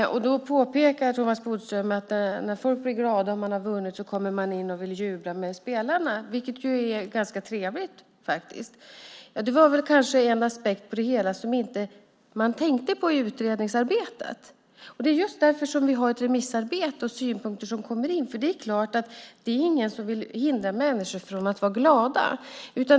Thomas Bodström påpekar då att när folk blir glada och ens lag har vunnit så kommer man in och vill jubla med spelarna, vilket ju faktiskt är ganska trevligt. Det var väl kanske en aspekt på det hela som man inte tänkte på i utredningsarbetet. Och det är just därför vi har ett remissarbete med synpunkter som kommer in, för det är klart att ingen vill hindra människor från att vara glada.